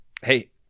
Hey